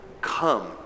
come